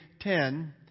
ten